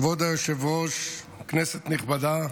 כבוד היושב-ראש, כנסת נכבדה,